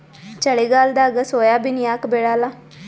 ಚಳಿಗಾಲದಾಗ ಸೋಯಾಬಿನ ಯಾಕ ಬೆಳ್ಯಾಲ?